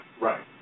right